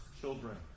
children